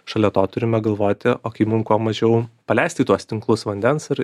šalia to turime galvoti o kaip mum kuo mažiau paleist į tuos tinklus vandens ir